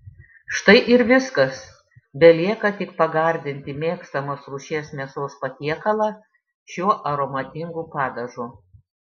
štai ir viskas belieka tik pagardinti mėgstamos rūšies mėsos patiekalą šiuo aromatingu padažu